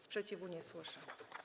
Sprzeciwu nie słyszę.